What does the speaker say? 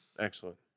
Excellent